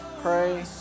pray